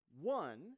One